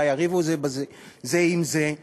אולי יריבו זה עם זה.